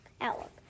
Outlook